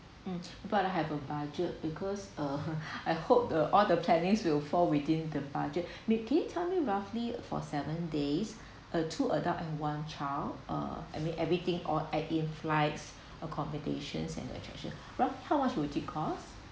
mm but I have a budget because uh I hope the all the plannings will fall within the budget may can you tell me roughly for seven days uh two adult and one child uh I mean everything all add in flights accommodations and the attraction rough how much will it cost